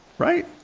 Right